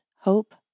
hope